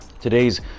today's